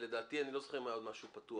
אני לא זוכר שיש עוד משהו פתוח.